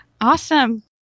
awesome